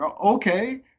Okay